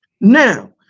Now